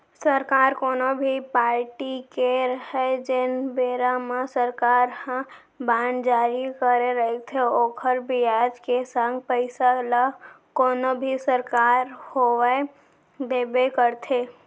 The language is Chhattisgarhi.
सरकार कोनो भी पारटी के रहय जेन बेरा म सरकार ह बांड जारी करे रइथे ओखर बियाज के संग पइसा ल कोनो भी सरकार होवय देबे करथे